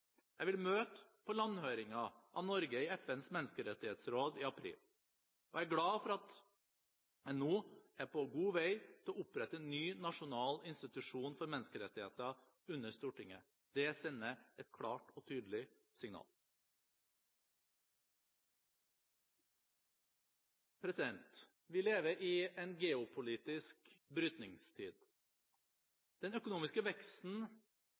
Jeg vil møte på landhøringen av Norge i FNs menneskerettighetsråd i april, og jeg er glad for at en nå er på god vei til å opprette en ny nasjonal institusjon for menneskerettigheter under Stortinget. Det sender et klart og tydelig signal. Vi lever i en geopolitisk brytningstid. Den økonomiske veksten